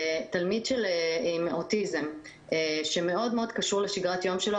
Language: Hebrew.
תלמיד עם אוטיזם שקשור מאוד לשגרת היום שלו,